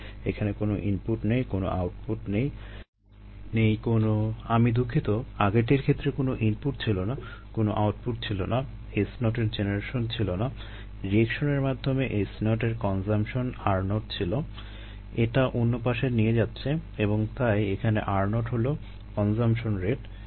এখানে কোনো ইনপুট নেই কোনো আউটপুট নেই নেই কোনো আমি দুঃখিত আগেরটির ক্ষেত্রে কোনো ইনপুট ছিল না কোনো আউটপুট ছিল না S0 এর জেনারেশন ছিল না রিয়েকশনের মাধ্যমে S0 এর কনজাম্পশন r0 ছিল এটা অন্যপাশে নিয়ে যাচ্ছে এবং তাই এখানে r0 হলো কনজাম্পশন টার্ম